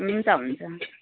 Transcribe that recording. हुन्छ हुन्छ